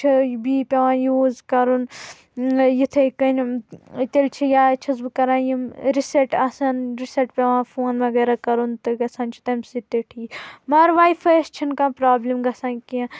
بہٕ یوٗز پیوان کرُن یتھٕے کٔنۍ تیٚلہِ چھُ یا چھس بہٕ کران یِم رِسیٚٹ آسان رِسیٚٹ پیوان فون وغیرہ کرُن تہٕ چھُ گژھان تمہِ سۭتۍ تہِ ٹِھیٖک مگر واے فایس چھے نہ کانٛہہ پرابلِم گژھان کینٛہہ